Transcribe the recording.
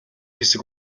хэсэг